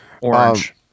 Orange